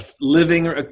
living